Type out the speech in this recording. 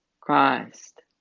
Christ